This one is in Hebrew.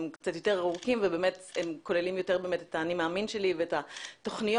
קצת יותר ארוכים והם כוללים את האני מאמין שלי ואת התוכניות,